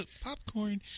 Popcorn